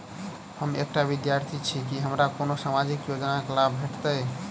हम एकटा विद्यार्थी छी, की हमरा कोनो सामाजिक योजनाक लाभ भेटतय?